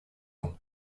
ans